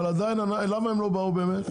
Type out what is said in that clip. אבל למה הם לא באו באמת?